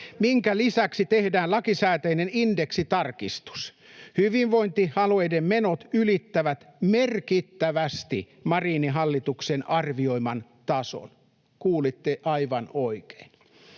minkä lisäksi tehdään lakisääteinen indeksitarkistus. Hyvinvointialueiden menot ylittävät merkittävästi Marinin hallituksen arvioiman tason. Kuulitte aivan oikein.